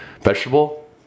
vegetable